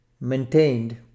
maintained